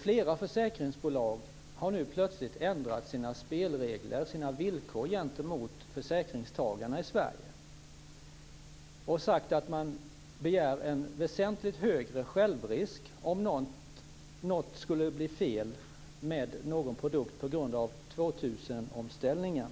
Flera försäkringsbolag har nu plötsligt ändrat sina spelregler, sina villkor, gentemot försäkringstagarna i Sverige och sagt att man begär en väsentligt högre självrisk om det skulle bli något fel med någon produkt på grund av 2000-omställningen.